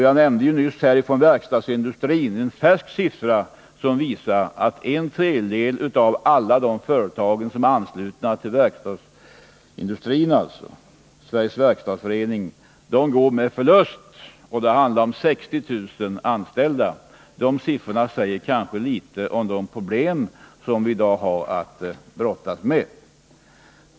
Jag nämnde nyss från verkstadsindustrin en färsk siffra som visar att en tredjedel av alla de företag som är anslutna till verkstadsindustrin — Sveriges verkstadsförening — går med förlust, och det handlar om 60 000 anställda. Dessa siffror säger kanske en del om de problem som företagen i dag har att brottas med.